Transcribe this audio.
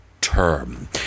term